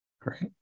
Great